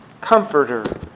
Comforter